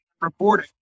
reporting